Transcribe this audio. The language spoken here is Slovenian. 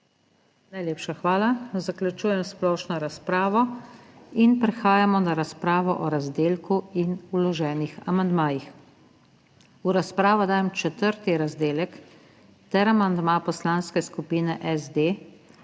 Hvala lepa. Zaključujem splošno razpravo. Prehajamo na razpravo o razdelku in vloženih amandmajih. V razpravo dajem četrti razdelek ter amandma Poslanske skupine SD